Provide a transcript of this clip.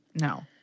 No